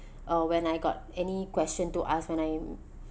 uh when I got any question to ask when I'm